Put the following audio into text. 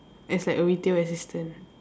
as like a retail assistant